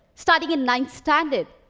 studying in ninth standard,